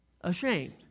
ashamed